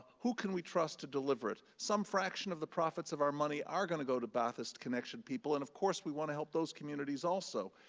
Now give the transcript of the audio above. who can we trust to deliver it? some fraction of the profits of our money are gonna go to ba'athist connection people, and of course we wanna help those communities also,